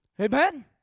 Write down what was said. Amen